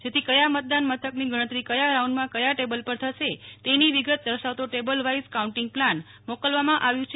જેથી કયા મતદાન મથકની ગણતરી કયા રાઉન્ડમાં કયા ટેબલ પર થશે તેની વિગત દર્શાવતો ટેબલવાઈઝ કાઉન્ટીંગ પ્લાન મોકલવામાં આવ્યુ છે